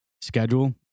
schedule